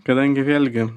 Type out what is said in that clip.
kadangi vėlgi